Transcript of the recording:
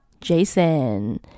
Jason